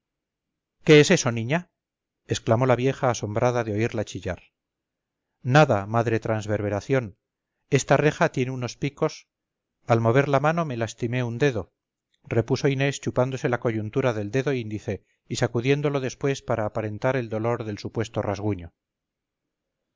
qué es eso niña exclamó la vieja asombrada de oírla chillar nada madre transverberación esta reja tiene unos picos al mover la mano me lastimé un dedo repuso inés chupándose la coyuntura del dedoíndice y sacudiéndolo después para aparentar el dolor del supuesto rasguño